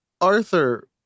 Arthur